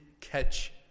catch